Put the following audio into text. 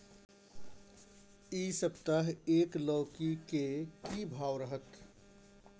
इ सप्ताह एक लौकी के की भाव रहत?